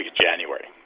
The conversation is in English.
January